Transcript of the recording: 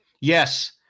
Yes